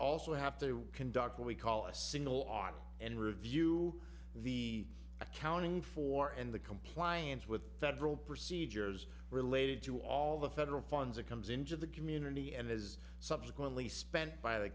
also have to conduct what we call a single out and review the accounting for and the compliance with federal procedures related to all the federal funds that comes into the community and is subsequently spent by the